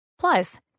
Plus